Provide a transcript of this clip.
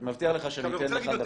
אני מבטיח לך שאני אתן לך לדבר.